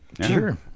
Sure